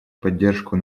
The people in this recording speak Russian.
поддержку